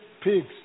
pigs